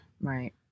Right